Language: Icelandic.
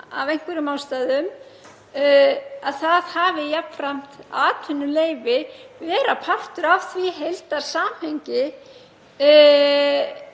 af einhverjum ástæðum hafi jafnframt atvinnuleyfi vera partur af því heildarsamhengi